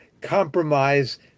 compromise